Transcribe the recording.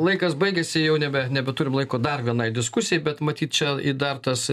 laikas baigėsi jau nebe nebeturim laiko dar vienai diskusijai bet matyt čia dar tas